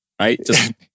right